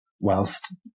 whilst